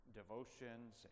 devotions